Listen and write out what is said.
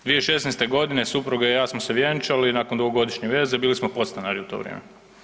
2016. g. supruga i ja smo se vjenčali nakon dugogodišnje veze, bili smo podstanari u to vrijeme.